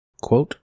quote